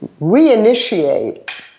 reinitiate